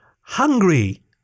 Hungry